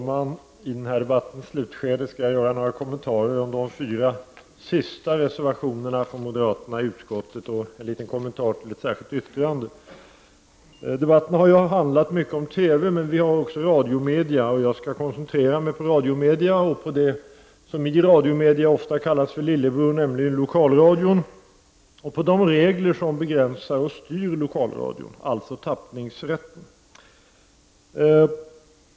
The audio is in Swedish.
Fru talman! I debattens slutskede skall jag göra några kommentarer till de fyra sista reservationerna från moderaterna i utskottet och en liten kommentar till ett särskilt yttrande. Debatten har handlat mycket om TV, men vi har också radiomedia. Jag skall koncentrera mig på radiomedia och på det som i radiomedia ofta kallas för lillebror, nämligen lokalradion, samt på de regler som begränsar och styr lokalradion, alltså tappningsrätten.